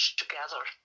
together